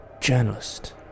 journalist